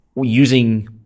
using